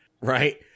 right